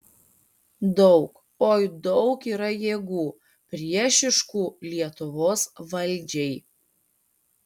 daug oi daug yra jėgų priešiškų lietuvos valdžiai